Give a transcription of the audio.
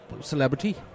celebrity